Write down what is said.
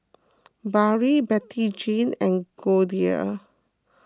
Barry Bettyjane and Goldia